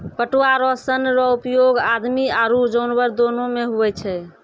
पटुआ रो सन रो उपयोग आदमी आरु जानवर दोनो मे हुवै छै